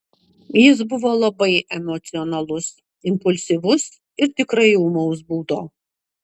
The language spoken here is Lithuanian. jis buvo labai emocionalus impulsyvus ir tikrai ūmaus būdo